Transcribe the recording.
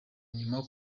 nyuma